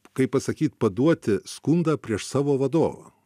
kaip pasakyt paduoti skundą prieš savo vadovą